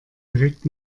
direkt